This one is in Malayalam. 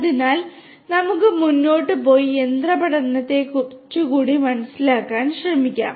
അതിനാൽ നമുക്ക് മുന്നോട്ട് പോയി യന്ത്ര പഠനത്തെക്കുറിച്ച് കുറച്ചുകൂടി മനസ്സിലാക്കാൻ ശ്രമിക്കാം